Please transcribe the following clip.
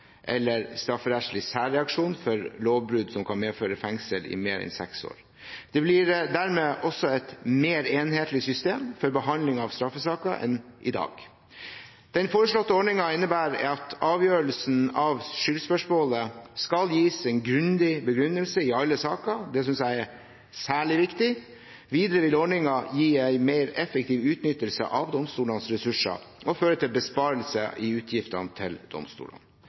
eller strafferettslig særreaksjon for lovbrudd som kan medføre fengsel i mer enn seks år. Det blir dermed også et mer enhetlig system for behandling av straffesaker enn i dag. Den foreslåtte ordningen innebærer at avgjørelsen av skyldspørsmålet skal gis en grundig begrunnelse i alle saker. Det synes jeg er særlig viktig. Videre vil ordningen gi en mer effektiv utnyttelse av domstolenes ressurser og føre til besparelser i utgiftene til domstolene.